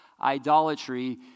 idolatry